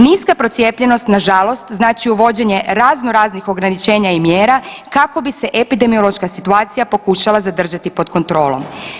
Niska procijepljenost nažalost znači uvođenje razno raznih ograničenja i mjera kako bi se epidemiološka situacija pokušala zadržati pod kontrolom.